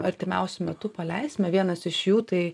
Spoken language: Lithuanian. artimiausiu metu paleisime vienas iš jų tai